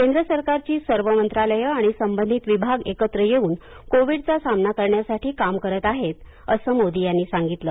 केंद्र सरकारची सर्व मंत्रालयं आणि संबंधित विभाग एकत्र येऊन कोविडचा सामना करण्यासाठी काम करत आहेत असं मोदी यांनी सांगितलं